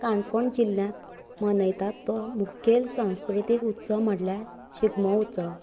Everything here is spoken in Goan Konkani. काणकोण जिल्ल्यांत मनयतात तो मुखेल संस्कृतीक उत्सव म्हणल्यार शिगमो उत्सव